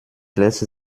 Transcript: lässt